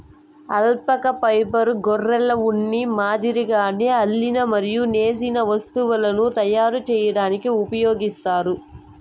alpaca ఫైబర్ను గొర్రెల ఉన్ని మాదిరిగానే అల్లిన మరియు నేసిన వస్తువులను తయారు చేయడానికి ఉపయోగిస్తారు